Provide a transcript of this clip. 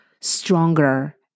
stronger